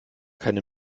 keine